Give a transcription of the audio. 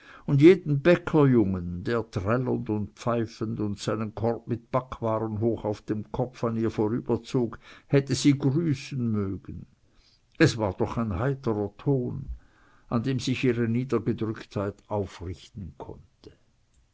und jeden bäckerjungen der trällernd und pfeifend und seinen korb mit backwaren hoch auf dem kopf an ihr vorüberzog hätte sie grüßen mögen es war doch ein heiterer ton an dem sich ihre niedergedrücktheit aufrichten konnte